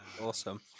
Awesome